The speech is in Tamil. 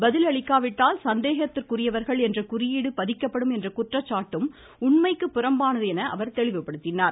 பதிலளிக்காவிட்டால் சந்தேகத்திற்குரியவர்கள் என்ற குறியீடு பதிக்கப்படும் என்ற குற்றச்சாட்டும் உண்மைக்கு புறம்பானது என அவர் தெளிவுபடுத்தினார்